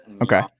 Okay